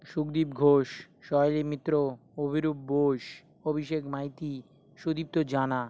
শুকদীপ ঘোষ সহেলী মিত্র অভিরূপ বোস অভিষেক মাইতি সুদীপ্ত জানা